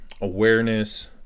awareness